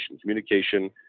communication